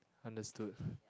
understood